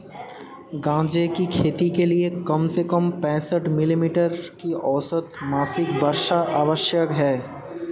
गांजे की खेती के लिए कम से कम पैंसठ मिली मीटर की औसत मासिक वर्षा आवश्यक है